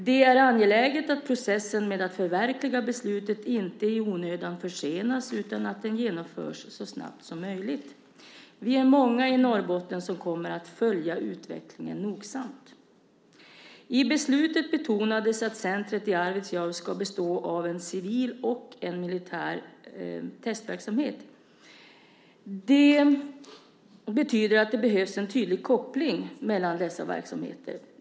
Det är angeläget att processen med att förverkliga beslutet inte i onödan försenas utan att den genomförs så snabbt som möjligt. Vi är många i Norrbotten som kommer att följa utvecklingen nogsamt. I beslutet betonades att centret i Arvidsjaur ska bestå av en civil och en militär testverksamhet. Det betyder att det behövs en tydlig koppling mellan dessa verksamheter.